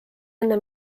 enne